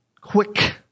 quick